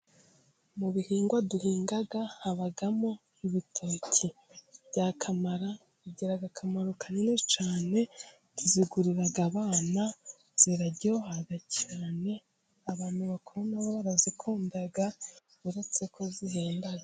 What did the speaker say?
Mu bihingwa duhinga， habamo ibitoki bya kamara. Bigira akamaro kanini cyane， tuzigurira abana， ziraryoha cyane， abantu bakuru nabo barazikunda，uretse ko zihenda.